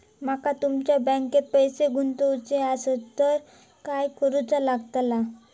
माका तुमच्या बँकेत पैसे गुंतवूचे आसत तर काय कारुचा लगतला?